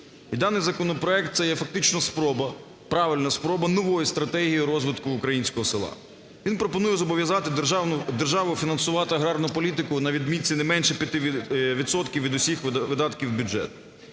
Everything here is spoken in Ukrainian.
даний законопроект – це є фактично спроба, правильна спроба, нової стратегії розвитку українського села. Він пропонує зобов'язати державу фінансувати аграрну політику на відмітці не менше п'яти відсотків від усіх видатків бюджету.